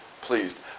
pleased